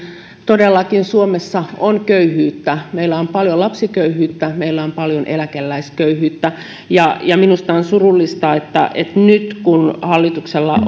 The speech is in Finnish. todellakin suomessa on köyhyyttä meillä on paljon lapsiköyhyyttä meillä on paljon eläkeläisköyhyyttä ja ja minusta on surullista että että nyt kun hallituksella